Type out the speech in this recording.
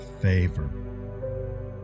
favor